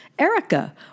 Erica